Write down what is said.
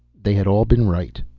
they had all been right,